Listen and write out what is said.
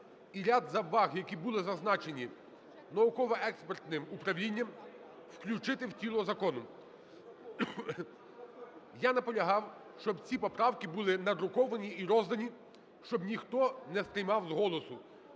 і ряд зауваг, які були зазначені науково-експертним управлінням, включити в тіло закону. Я наполягав, щоб ці поправки були надруковані і роздані, щоб ніхто не сприймав з голосу,